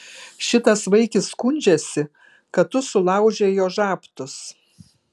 šitas vaikis skundžiasi kad tu sulaužei jo žabtus